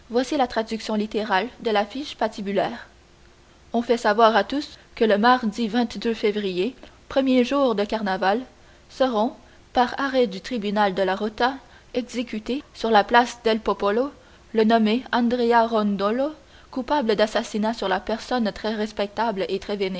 voici la traduction littérale de l'affiche patibulaire on fait savoir à tous que le maire dit février premier jour de carnaval seront par arrêt du tribunal de la rota exécutés sur la place del popolo le nommé andrea rondolo coupable d'assassinat sur la personne très respectable et